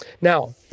Now